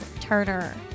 Turner